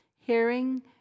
hearing